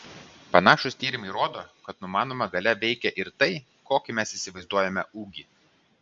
panašūs tyrimai rodo kad numanoma galia veikia ir tai kokį mes įsivaizduojame ūgį